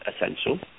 essential